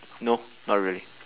no not really